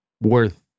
worth